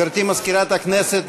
גברתי מזכירת הכנסת,